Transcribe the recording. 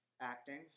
acting